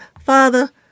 Father